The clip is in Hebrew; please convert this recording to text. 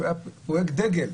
שהוא היה פרויקט דגל.